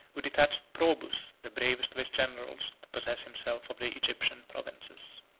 who detached probus, the bravest of his generals, to possess himself of the egyptian provinces.